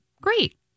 Great